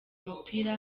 umupira